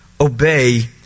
obey